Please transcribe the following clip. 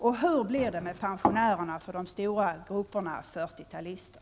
Och hur blir det med pensionerna för den stora gruppen 40-talister?